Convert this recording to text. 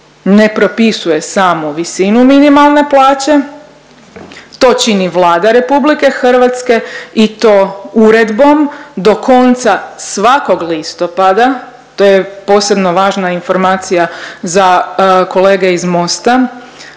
ne propisuje samo visinu minimalne plaće, to čini Vlada RH i to uredbom do konca svakog listopada, to je posebno važna informacija za kolege iz Mosta